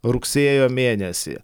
rugsėjo mėnesį